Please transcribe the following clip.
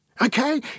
Okay